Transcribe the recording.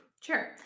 Sure